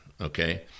Okay